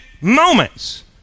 Moments